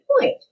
point